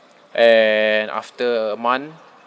and after a month